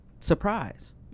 surprise